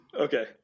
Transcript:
Okay